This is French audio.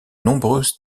nombreuses